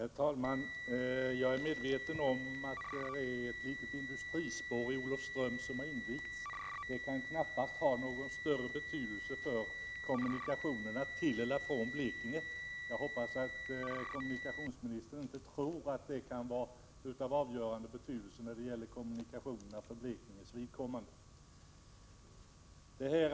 Herr talman! Jag är medveten om att ett litet industrispår har invigts i Olofström. Det kan knappast ha någon större betydelse för kommunikationerna till och från Blekinge. Jag hoppas att kommunikationsministern inte tror att detta kan vara av avgörande betydelse när det gäller kommunikationerna för Blekinges vidkommande.